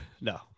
No